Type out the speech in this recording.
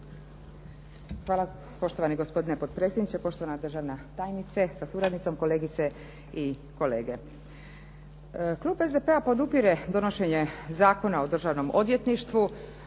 Hvala poštovani gospodine potpredsjedniče. Poštovana državna tajnice sa suradnicom, kolegice i kolege. Klub SDP-a podržava donošenje Zakona o državnom odvjetništvu,